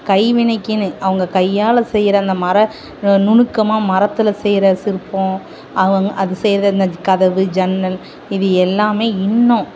கைவினைக்கின்னு அவங்க கையால் செய்கிற அந்த மர நுணுக்கமாக மரத்தில் செய்கிற சிற்பம் அவங் அது செய்கிற இந்த கதவு ஜன்னல் இது எல்லாம் இன்னும்